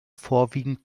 vorwiegend